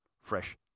fresh